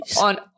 On